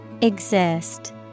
exist